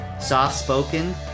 soft-spoken